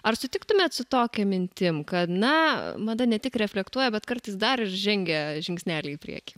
ar sutiktumėt su tokia mintim kad na mada ne tik reflektuoja bet kartais dar žengia žingsnelį į priekį